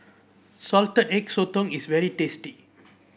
Salted Egg Sotong is very tasty